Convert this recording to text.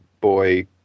boy